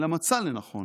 אלא מצא לנכון